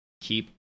keep